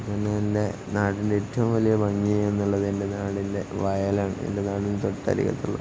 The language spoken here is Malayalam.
പിന്നെ എൻ്റെ നാടിൻ്റെ ഏറ്റവും വലിയ ഭംഗിയെന്നുള്ളത് എൻ്റെ നാടിൻറെ വയലാണ് എൻ്റെ നാടിന് തൊട്ടരികത്തുള്ളത്